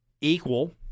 equal